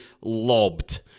lobbed